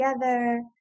together